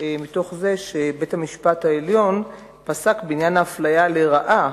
שבית-המשפט העליון פסק בעניין האפליה לרעה,